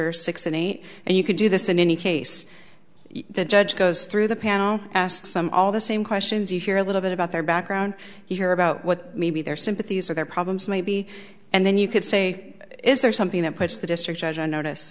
are six and eight and you could do this in any case the judge goes through the panel asked some all the same questions you hear a little bit about their background here about what maybe their sympathies or their problems maybe and then you could say is there something that puts the district judge on notice